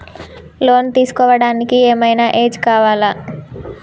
Loan తీస్కోవడానికి ఏం ఐనా ఏజ్ కావాలా?